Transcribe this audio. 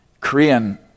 Korean